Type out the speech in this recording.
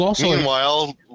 Meanwhile